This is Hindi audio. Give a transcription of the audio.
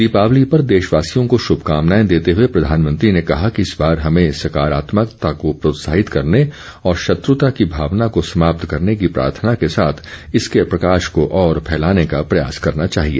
दीपावली पर देशवासियों को शुभकामनाए देते हुए प्रधानमंत्री ने कहा कि इस बार हमें सकारात्मकता को प्रोत्साहित करने और शत्रुता की भावना को समाप्त करने की प्रार्थना के साथ इसके प्रकाश को और फैलाने का प्रयास करना चाहिए